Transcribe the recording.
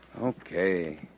Okay